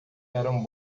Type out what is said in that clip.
eram